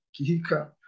Kihika